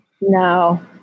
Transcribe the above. No